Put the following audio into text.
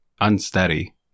unsteady